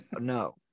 No